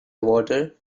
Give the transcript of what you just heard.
water